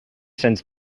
cents